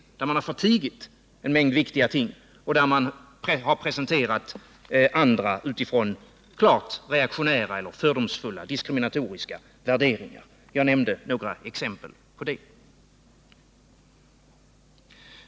Man har förtigit en mängd viktiga ting, och man har presenterat andra ting utifrån klart reaktionära eller fördomsfulla diskriminatoriska värderingar. Jag nämnde några exempel på det.